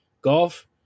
golf